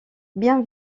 bien